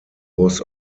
was